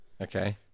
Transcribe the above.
Okay